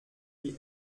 die